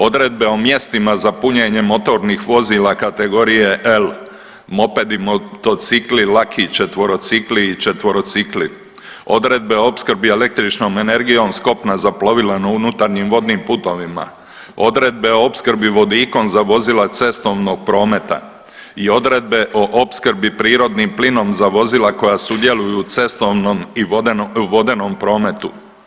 Odredbe o mjestima za punjenje motornih vozila kategorije L mopedi, motocikli, laki četverocikli i četverocikli, odredbe o opskrbi električnom energijom sa kopna za plovila na unutarnjim vodnim putovima, odredbe o opskrbi vodikom za vozila cestovnog prometa i odredbe o opskrbi prirodnim plinom za vozila koja sudjeluju u cestovnom i vodenom prometu.